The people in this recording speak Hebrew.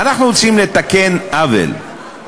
אנחנו רוצים לתקן עוול,